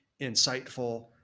insightful